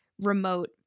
remote